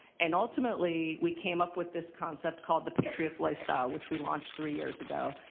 and ultimately, we came up with this concept called the patriots' lifestyle, which we launched three years ago.